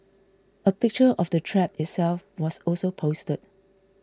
a picture of the trap itself was also posted